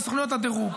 וסוכנויות הדירוג.